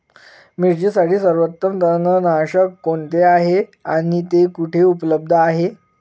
मिरचीसाठी सर्वोत्तम तणनाशक कोणते आहे आणि ते कुठे उपलब्ध आहे?